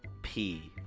pee.